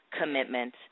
commitment